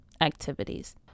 activities